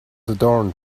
adorned